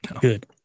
Good